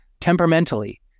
Temperamentally